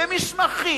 מסמכים,